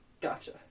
Gotcha